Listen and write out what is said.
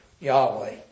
Yahweh